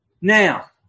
Now